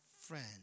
friend